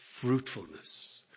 fruitfulness